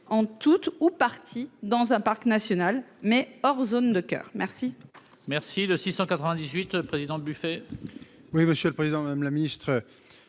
en tout ou partie dans un parc national mais hors zone de coeur merci.